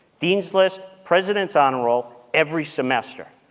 dean's list, president's honor roll, every semester.